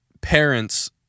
parents